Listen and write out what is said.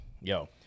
Yo